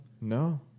No